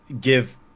give